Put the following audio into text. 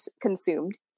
consumed